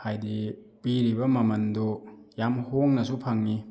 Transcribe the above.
ꯍꯥꯏꯗꯤ ꯄꯤꯔꯤꯕ ꯃꯃꯜꯗꯨ ꯌꯥꯝ ꯍꯣꯡꯅꯁꯨ ꯐꯪꯉꯤ